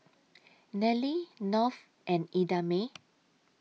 Nelie North and Idamae